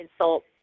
insult